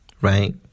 right